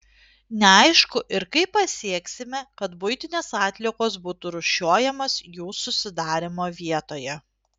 neaišku ir kaip pasieksime kad buitinės atliekos būtų rūšiuojamos jų susidarymo vietoje